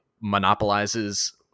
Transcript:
monopolizes